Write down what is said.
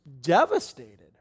devastated